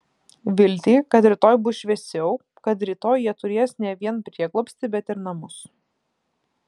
viltį kad rytoj bus šviesiau kad rytoj jie turės ne vien prieglobstį bet ir namus